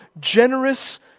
generous